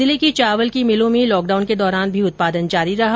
जिले की चावल की मिलों में लॉकडाउन के दौरान भी उत्पादन जारी रहा